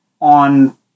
on